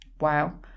Wow